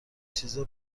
چیزا